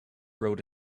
rode